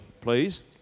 please